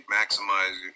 maximize